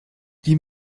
die